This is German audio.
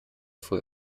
früh